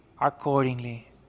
accordingly